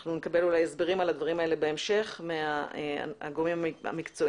אנחנו נקבל אולי הסברים על הדברים האלה בהמשך מהגורמים המקצועיים